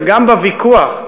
וגם בוויכוח,